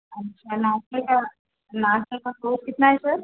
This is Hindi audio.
अच्छा नाश्ते का नाश्ते का कॉस्ट कितना है सर